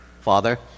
Father